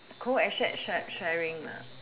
coasset shar~ sharing lah